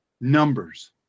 numbers